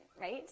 right